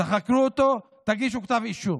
תחקרו אותו ותגישו כתב אישום,